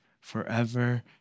forever